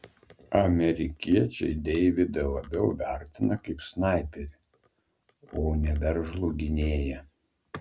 amerikiečiai deividą labiau vertina kaip snaiperį o ne veržlų gynėją